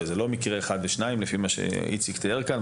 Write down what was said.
וזה לא מקרה אחד או שניים לפי מה שאיציק תיאר פה.